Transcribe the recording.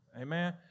Amen